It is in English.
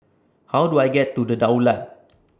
How Do I get to The Daulat